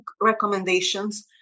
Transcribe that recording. recommendations